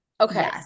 Okay